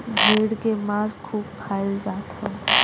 भेड़ के मांस खूब खाईल जात हव